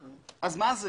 אז מה זה?